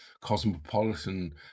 cosmopolitan